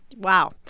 Wow